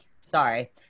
sorry